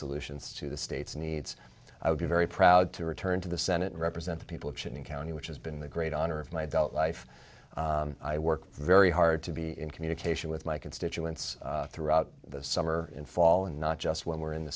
solutions to the states needs i would be very proud to return to the senate represent the people of shinning county which has been the great honor of my adult life i worked very hard to be in communication with my constituents throughout the summer and fall and not just when we were in the